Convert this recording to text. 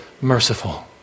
merciful